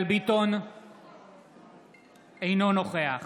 אינו נוכח